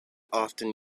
often